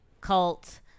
cult